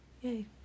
yay